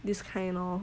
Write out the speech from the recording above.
this kind lor